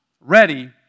ready